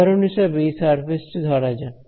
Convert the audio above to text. উদাহরণ হিসাবে এই সারফেস টি ধরা যাক